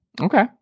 Okay